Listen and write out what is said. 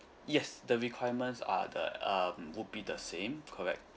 yes the requirements are the um would be the same correct